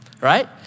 right